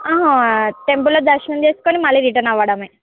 ఆ టెంపుల్లో దర్శనం చేసుకొని మళ్ళీ రిటర్న్ అవడమే